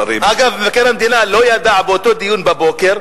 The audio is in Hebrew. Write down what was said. אגב, מבקר המדינה לא ידע באותו דיון בוקר,